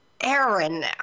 Aaron